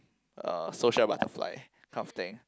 uh social butterfly kind of thing